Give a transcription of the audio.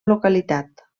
localitat